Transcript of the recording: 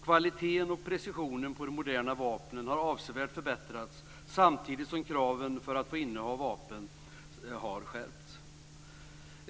Kvaliteten och precisionen på de moderna vapnen har avsevärt förbättrats samtidigt som kraven för innehav av vapen har skärpts.